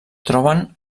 troben